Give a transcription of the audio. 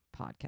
podcast